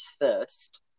first